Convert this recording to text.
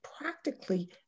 practically